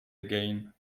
again